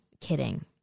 kidding